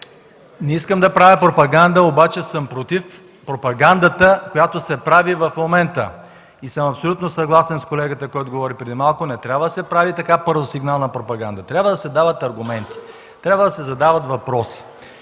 Не искам да правя пропаганда, обаче съм против пропагандата, която се прави в момента. Абсолютно съм съгласен с колегата, който говори преди малко – не трябва да се прави първосигнална пропаганда. Трябва да се дават аргументи. Трябва да се задават въпроси.